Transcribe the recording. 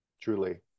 truly